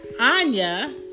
Anya